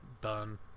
done